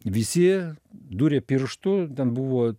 visi dūrė pirštu ten buvo